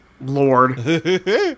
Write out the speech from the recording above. Lord